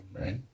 right